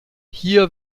hier